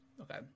okay